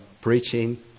preaching